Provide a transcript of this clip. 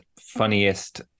funniest